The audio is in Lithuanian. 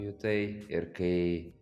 jutai ir kai